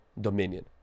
dominion